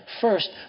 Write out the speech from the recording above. first